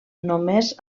només